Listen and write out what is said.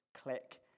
click